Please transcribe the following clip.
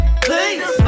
please